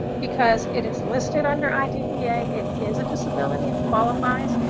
because it is listed under idea, it is a disability, it qualifies.